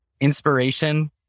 inspiration